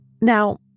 Now